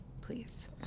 please